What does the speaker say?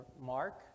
Mark